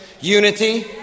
unity